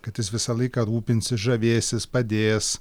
kad jis visą laiką rūpinsis žavėsis padės